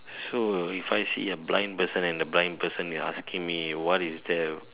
so if I see the blind person and the blind person is asking me what is there